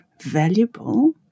valuable